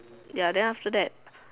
ya then after that